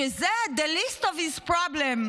שזה the least of his problems.